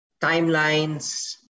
Timelines